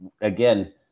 Again